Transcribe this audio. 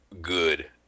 good